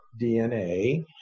DNA